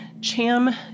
Cham